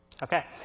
Okay